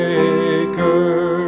Maker